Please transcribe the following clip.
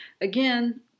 again